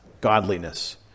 Godliness